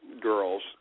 girls